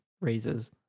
raises